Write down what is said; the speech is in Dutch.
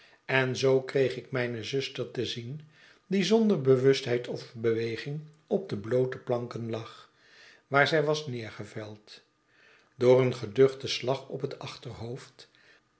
en zoo kreeg ik mijne zuster te zien die zonder bewustheid of beweging op de bloote planken lag waar zij was neergeveld door een geduchten slag op het achterhoofd